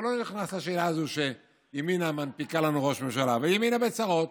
אני לא נכנס לשאלה הזו שימינה מנפיקה לנו ראש ממשלה וימינה בצרות,